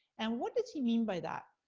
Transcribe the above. and what does he mean by that?